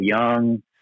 young